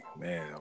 man